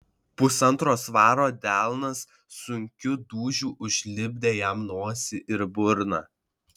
pusantro svaro delnas sunkiu dūžiu užlipdė jam nosį ir burną